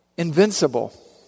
Invincible